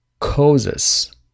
causes